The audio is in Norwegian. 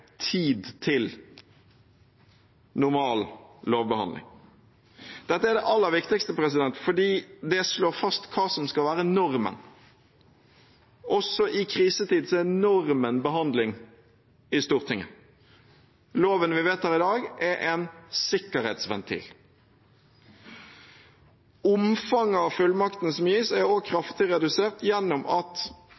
tid til normal lovbehandling. Dette er det aller viktigste fordi det slår fast hva som skal være normen: Også i krisetid er normen behandling i Stortinget. Loven vi vedtar i dag, er en sikkerhetsventil. Omfanget av fullmaktene som gis, er